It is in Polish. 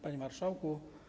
Panie Marszałku!